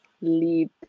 lead